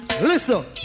Listen